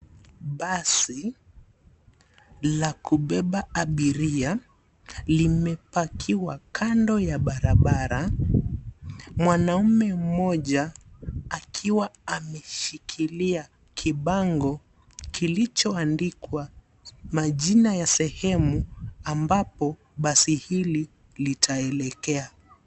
Basi la kubeba abiria limepakiwa kando ya barabara. Mwanaume mmoja akiwa ameshikilia kibango kilichoandikwa majina ya sehemu ambapo basi hili litaelekea.